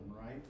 right